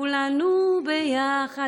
/ כולנו ביחד".